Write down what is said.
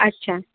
अच्छा